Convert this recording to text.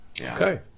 Okay